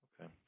okay